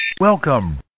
Welcome